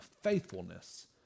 faithfulness